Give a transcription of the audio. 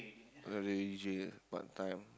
if not the usual part time